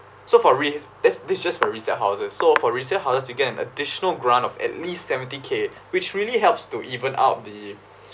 so for re~ thi~ this is just for resale houses so for resale houses you get an additional grant of at least seventy k which really helps to even out the